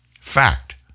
fact